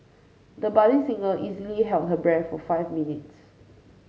the budding singer easily held her breath for five minutes